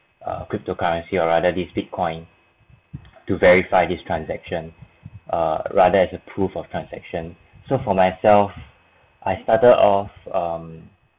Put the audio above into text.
err cryptocurrency or rather this bitcoin to verify this transaction err rather as a proof of transaction so for myself I started off um